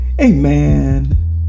Amen